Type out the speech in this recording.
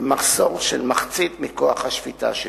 במחסור של מחצית מכוח השפיטה שלו.